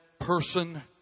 person